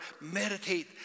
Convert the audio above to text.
meditate